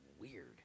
weird